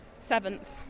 Seventh